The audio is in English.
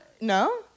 No